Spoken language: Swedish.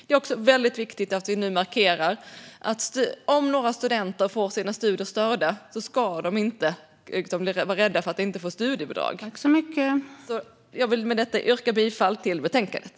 Det är också viktigt att vi nu markerar att om studenter får sina studier störda ska de inte vara rädda för att inte få studiebidrag. Jag vill med detta yrka bifall till förslaget i betänkandet.